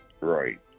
right